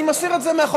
אני מסיר את זה מהחוק,